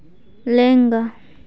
ᱞᱮᱝᱜᱟ